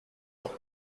dents